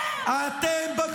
אתם, אתם.